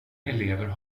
elever